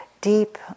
deep